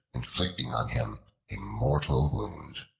inflicting on him a mortal wound.